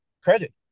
credit